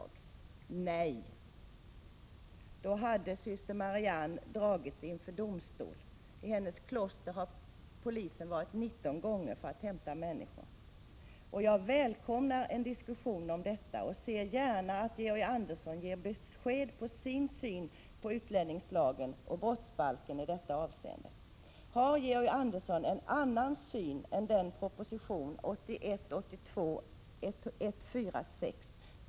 Svaret blir nej — annars hade syster Marianne fått stå till svars inför domstol. Hennes kloster har ju polisen besökt 19 gånger för att hämta människor. Jag välkomnar en diskussion om detta och ser gärna att Georg Andersson anger sin syn på utlänningslagen och brottsbalken i detta avseende. Har Georg Andersson en annan syn på saken än den som framkommer i proposition 1981/82:146?